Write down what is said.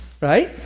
right